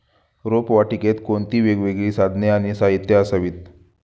रोपवाटिकेत कोणती वेगवेगळी साधने आणि साहित्य असावीत?